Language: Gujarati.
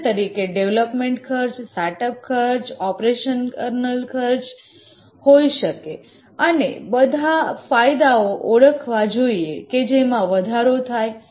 કોસ્ટ તરીકે development cost set up cost operational cost હોઈ શકે અને બધા ફાયદાઓને ઓળખવા જોઇએ કે જેમાં વધારો થાય